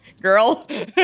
girl